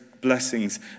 blessings